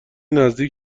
نزدیک